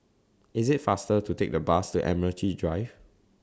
IT IS faster to Take The Bus to Admiralty Drive